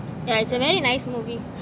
yeah it's a very nice movie